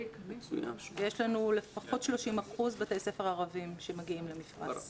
יש לנו לפחות 30% בתי ספר ערבים שמגיעים ל"מפרש".